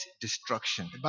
destruction